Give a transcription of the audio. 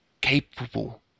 capable